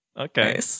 Okay